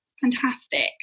fantastic